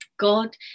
God